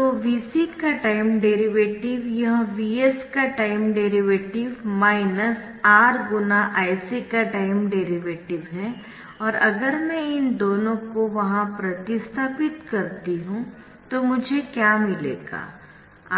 तो Vc का time derivative यह Vs का time derivative minus R x Ic का टाइम डेरीवेटिव है और अगर मैं इन दोनों को वहां प्रतिस्थापित करती हूं तो मुझे क्या मिलेगा